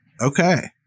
Okay